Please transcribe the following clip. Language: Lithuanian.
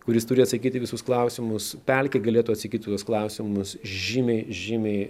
kuris turi atsakyt į visus klausimus pelkė galėtų atsakyt į tuos klausimus žymiai žymiai